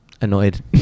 annoyed